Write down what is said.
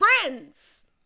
friends